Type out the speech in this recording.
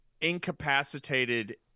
incapacitated